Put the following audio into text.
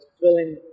feeling